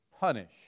punished